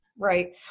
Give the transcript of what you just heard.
Right